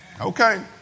Okay